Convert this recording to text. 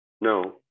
No